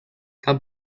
tan